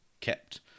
kept